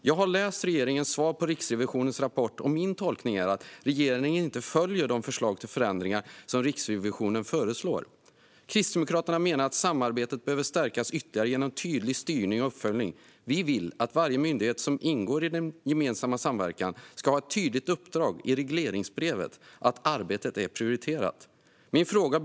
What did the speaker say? Jag har läst regeringens svar på Riksrevisionens rapport. Min tolkning är att regeringen inte följer de förslag till förändringar som Riksrevisionen föreslår. Kristdemokraterna menar att samarbetet behöver stärkas ytterligare genom tydlig styrning och uppföljning. Vi vill att varje myndighet som ingår i samverkan ska ha ett tydligt uppdrag i regleringsbrevet att prioritera arbetet.